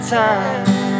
time